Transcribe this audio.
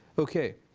ok.